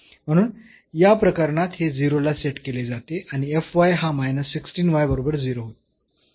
म्हणून या प्रकरणात हे 0 ला सेट केले जाते आणि हा बरोबर 0 होईल